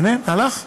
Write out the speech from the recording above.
איננו, הלך?